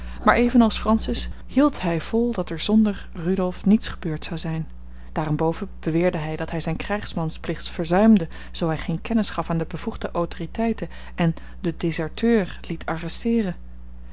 maar evenals francis hield hij vol dat er zonder rudolf niets gebeurd zou zijn daarenboven beweerde hij dat hij zijn krijgsmansplicht verzuimde zoo hij geen kennis gaf aan de bevoegde autoriteiten en den deserteur liet